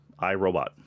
iRobot